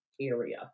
area